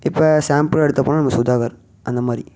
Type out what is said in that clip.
இப்போ சாம்பிள் எடுத்து போனால் நம்ம சுதாகர் அந்த மாதிரி